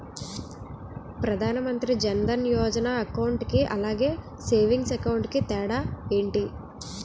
Pradhan Mantri Jan Dhan Yojana account కి అలాగే savings account కి తేడా ఏంటి?